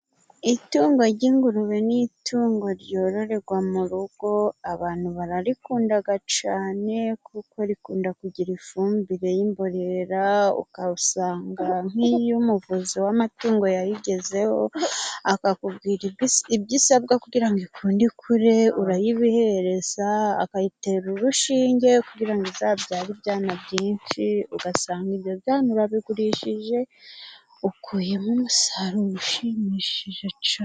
Itungo ry'ingurube ni itungo ryororerwa mu rugo abantu bararikunda cyane, kuko rikunda kugira ifumbire y'imborera ugasanga nk'iyo umuvuzi w'amatungo yayigezeho akakubwira ibyo usabwa, kugira ngo ikunde ikure urayibiyiha akayitera urushinge kugira ngo izabyare ibyana byinshi, ugasanga ibyo byana urabigurishije ukuyemo umusaruro ushimishije cyane.